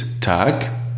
Tag